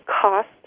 cost